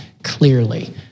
Clearly